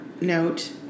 note